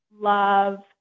love